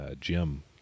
Jim